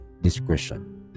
discretion